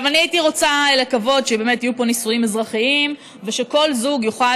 אני הייתי רוצה לקוות שבאמת יהיו פה נישואים אזרחיים ושכל זוג יוכל